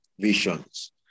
visions